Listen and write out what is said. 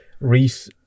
Reese